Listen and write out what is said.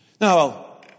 Now